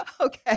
Okay